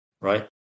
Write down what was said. right